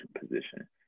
position